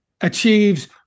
achieves